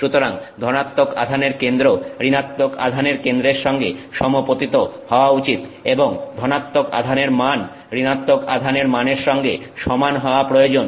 সুতরাং ধনাত্মক আধানের কেন্দ্র ঋণাত্মক আধানের কেন্দ্রের সঙ্গে সমাপতিত হওয়া উচিত এবং ধনাত্মক আধানের মান ঋণাত্মক আধানের মানের সঙ্গে সমান হওয়া প্রয়োজন